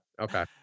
Okay